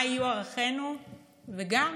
מה יהיו ערכינו וגם